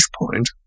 point